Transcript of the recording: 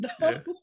no